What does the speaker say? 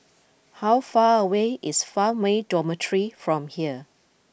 how far away is Farmway Dormitory from here